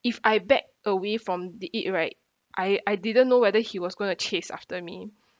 if I backed away from the it right I I didn't know whether he was going to chase after me